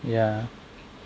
ya